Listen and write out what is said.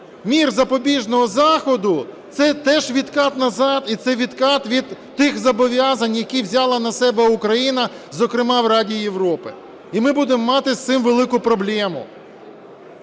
мір запобіжного заходу – це теж відкат назад, і це відкат від тих зобов'язань, які взяла на себе Україна, зокрема, в Раді Європи. І ми будемо мати з цим велику проблему.